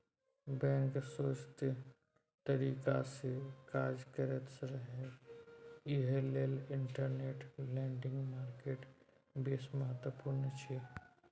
bank सोझ तरीकासँ काज करैत रहय एहि लेल इंटरबैंक लेंडिंग मार्केट बेस महत्वपूर्ण छै